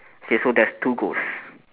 okay so there's two ghost